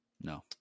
no